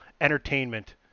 entertainment